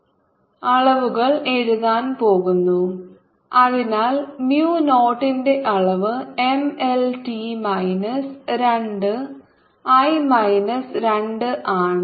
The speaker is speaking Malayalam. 0 MLT 2I 2 σ I2ML3T 3 M L2I1 b a L a L അതിനാൽ mu നോട്ടിന്റെ അളവ് M L T മൈനസ് രണ്ട് I മൈനസ് രണ്ട് ആണ്